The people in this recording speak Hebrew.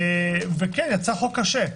ויצא חוק קשה.